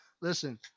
listen